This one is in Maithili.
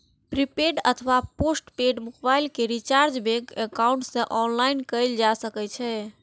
प्रीपेड अथवा पोस्ट पेड मोबाइल के रिचार्ज बैंक एकाउंट सं ऑनलाइन कैल जा सकै छै